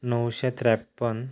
णवशें त्रेप्पन